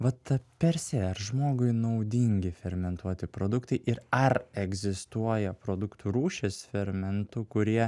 vat ta per se ar žmogui naudingi fermentuoti produktai ir ar egzistuoja produktų rūšis fermentų kurie